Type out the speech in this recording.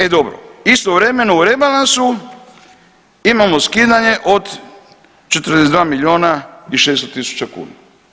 E dobro, istovremeno u rebalansu imamo skidanje od 42 milijuna i 600 000 kuna.